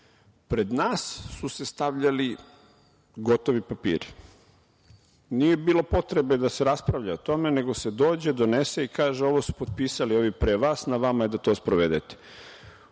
pred nas su se stavljali gotovi papiri. Nije bilo potrebe da se raspravlja o tome, nego se dođe, donese i kaže – ovo su potpisali ovi pre vas, na vama je da to sprovedete.